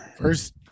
First –